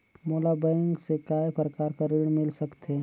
मोला बैंक से काय प्रकार कर ऋण मिल सकथे?